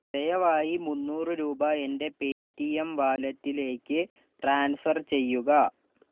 ദയവായി മുന്നൂറ് രൂപ എൻ്റെ പേടിഎം വാലറ്റിലേക്ക് ട്രാൻസ്ഫർ ചെയ്യുക